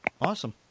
Awesome